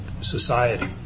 society